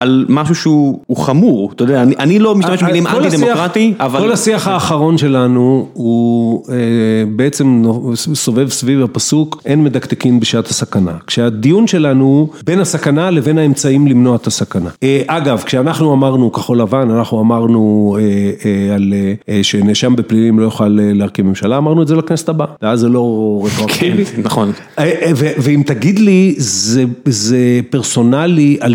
על משהו שהוא חמור, אתה יודע, אני לא משתמש במילים אנטי-דמוקרטי אבל. כל השיח האחרון שלנו הוא בעצם סובב סביב הפסוק, אין מדקדקים בשעת הסכנה, כשהדיון שלנו הוא בין הסכנה לבין האמצעים למנוע את הסכנה. אגב כשאנחנו אמרנו כחול לבן, אנחנו אמרנו שנאשם בפלילים לא יוכל להרכיב ממשלה, אמרנו את זה לכנסת הבאה, ואז זה לא רטרואקטיבי. נכון. ואם תגיד לי זה פרסונלי על.